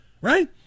Right